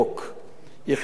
החליטה המדינה